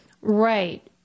Right